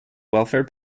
welfare